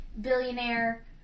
billionaire